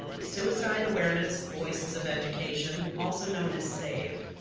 suicide awareness, voices of education, also known as save.